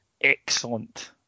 excellent